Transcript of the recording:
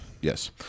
Yes